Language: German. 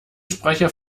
sprecher